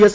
S